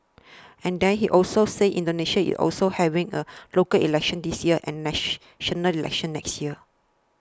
and then he also said Indonesia is also having a local elections this year and national elections next year